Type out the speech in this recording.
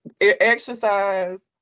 exercise